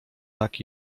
tak